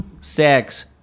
sex